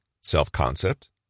self-concept